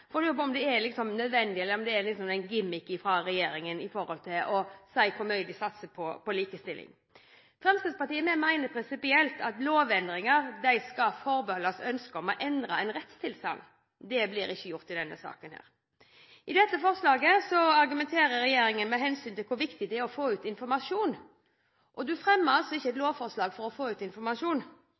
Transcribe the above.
for jeg lurer på om det er nødvendig eller om det er en gimmik fra regjeringen for at den skal få sagt hvor mye den satser på likestilling. Fremskrittspartiet mener prinsipielt at lovendringer skal forbeholdes ønsket om å endre en rettstilstand. Det blir ikke gjort i denne saken. I dette forslaget argumenterer regjeringen med hvor viktig det er å få ut informasjon. En fremmer ikke et lovforslag for å få ut informasjon